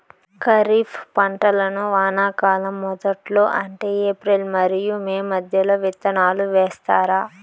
ఖరీఫ్ పంటలను వానాకాలం మొదట్లో అంటే ఏప్రిల్ మరియు మే మధ్యలో విత్తనాలు వేస్తారు